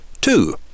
Two